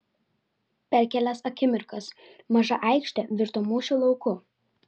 per kelias akimirkas maža aikštė virto mūšio lauku